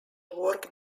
work